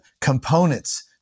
components